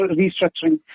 restructuring